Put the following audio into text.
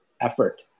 effort